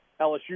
LSU